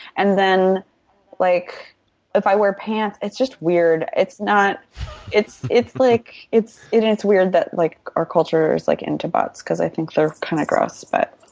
and then like if i wear pants it's just weird. it's not it's it's like it's it's weird that like our culture is like into butts, because i think they're kind of gross, but.